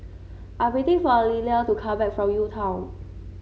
I'm waiting for Liller to come back from UTown